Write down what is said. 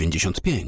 95